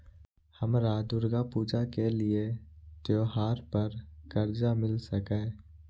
हमरा दुर्गा पूजा के लिए त्योहार पर कर्जा मिल सकय?